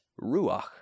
ruach